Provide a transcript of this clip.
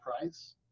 price